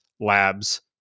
labs